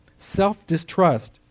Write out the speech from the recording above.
self-distrust